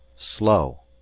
slow!